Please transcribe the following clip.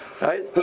Right